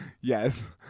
yes